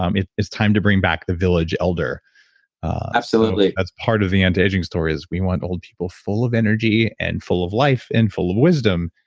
um it is time to bring back the village elder absolutely that's part of the anti-aging stories. we want old people full of energy and full of life and full of wisdom,